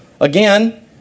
Again